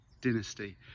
Dynasty